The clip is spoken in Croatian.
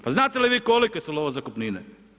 Pa znate li vi kolike su lovozakupnine?